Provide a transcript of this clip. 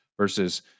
Versus